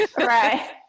Right